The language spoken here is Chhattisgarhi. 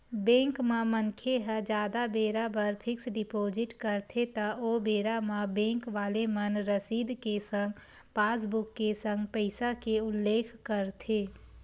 बेंक म मनखे ह जादा बेरा बर फिक्स डिपोजिट करथे त ओ बेरा म बेंक वाले मन रसीद के संग पासबुक के संग पइसा के उल्लेख करथे